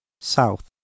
south